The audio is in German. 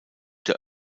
der